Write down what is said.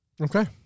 Okay